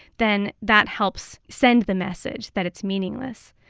then that helps send the message that it's meaningless.